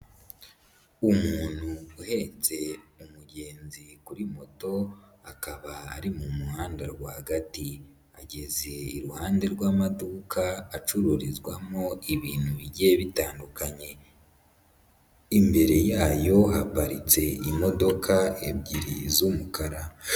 Umuntu uhetse umugenzi kuri moto akaba ari mu muhanda rwagati, agaze iruhande rw'amaduka acururizwamo ibintu bigiye bitandukanye, imbere yayo haparitse imodoka ebyiri z'umukara.